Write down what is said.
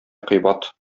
кыйбат